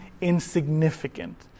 insignificant